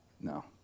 No